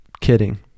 kidding